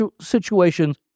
situations